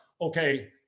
okay